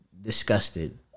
disgusted